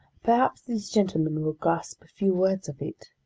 perhaps these gentlemen will grasp a few words of it!